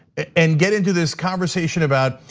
and get into this conversation about,